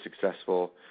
successful